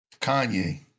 Kanye